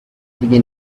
began